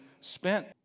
spent